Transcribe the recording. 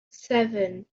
seven